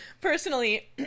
personally